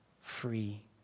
free